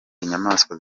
inyamaswa